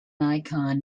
icon